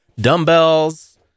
dumbbells